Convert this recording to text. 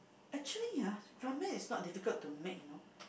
actually ah Ramen is not difficult to make you know